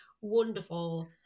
wonderful